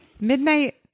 midnight